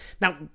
Now